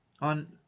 On